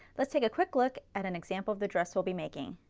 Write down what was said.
let's take a quick look at an example of the dress we'll be making.